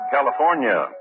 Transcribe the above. California